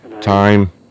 Time